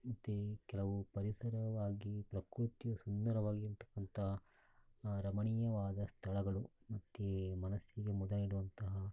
ಮತ್ತೆ ಕೆಲವು ಪರಿಸರವಾಗಿ ಪ್ರಕೃತಿಯು ಸುಂದರವಾಗಿರತಕ್ಕಂಥ ರಮಣೀಯವಾದ ಸ್ಥಳಗಳು ಮತ್ತೆ ಮನಸ್ಸಿಗೆ ಮುದ ನೀಡುವಂತಹ